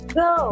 go